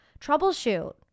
Troubleshoot